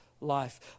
life